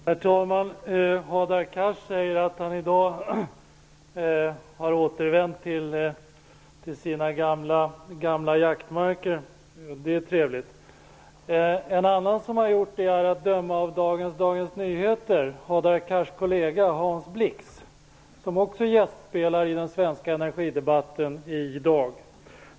Herr talman! Hadar Cars säger att han i dag har återvänt till sina gamla jaktmarker. Det är trevligt. En annan som har gjort det är att döma av dagens Dagens Nyheter Hadar Cars kollega Hans Blix, som också gästspelar i den svenska energidebatten i dag.